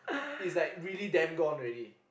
it's like really damn gone already